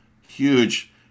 Huge